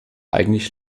eigentlich